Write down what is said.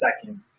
second